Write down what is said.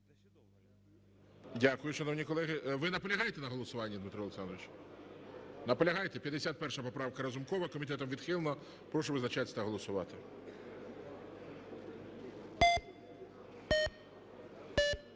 Дякую, шановні колеги. Ви наполягаєте на голосуванні, Дмитро Олександрович? Наполягаєте. 51 поправка Разумкова. Комітетом відхилена. Прошу визначатися та голосувати.